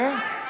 כן.